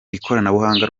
ikoranabuhanga